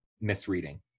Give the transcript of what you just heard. misreading